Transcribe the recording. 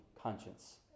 conscience